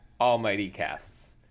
AlmightyCasts